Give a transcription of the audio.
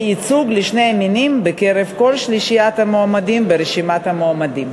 ייצוג לשני המינים בקרב כל שלישיית מועמדים ברשימת המועמדים.